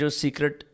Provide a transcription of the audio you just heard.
secret